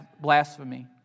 blasphemy